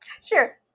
Sure